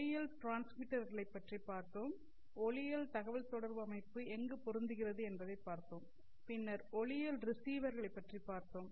ஒளியியல் டிரான்ஸ்மிட்டர்களைப் பற்றி பார்த்தோம் ஒளியியல் தகவல் தொடர்பு அமைப்பு எங்கு பொருந்துகிறது என்பதைப் பார்த்தோம் பின்னர் ஒளியியல் ரிசீவர் ளைப் பற்றி பார்த்தோம்